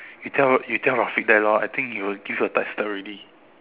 you tell you tell Rafiq that loh I think he will give a tight slap already